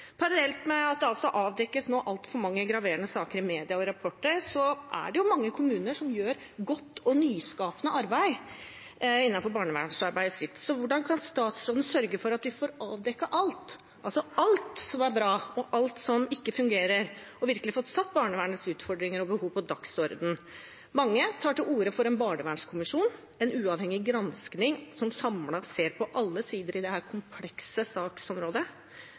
Parallelt med at det nå avdekkes altfor mange graverende saker av media og i rapporter, er det mange kommuner som gjør godt og nyskapende arbeid innenfor barnevernsarbeidet sitt. Hvordan kan statsråden sørge for at vi får avdekket alt – alt som er bra, og alt som ikke fungerer – og virkelig få satt barnevernets utfordringer og behov på dagsordenen? Mange tar til orde for en barnevernskommisjon, en uavhengig gransking, som samlet ser på alle sider ved dette komplekse saksområdet.